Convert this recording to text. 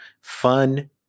fun